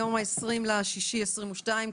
היום ה-20 ביוני 2022,